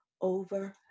over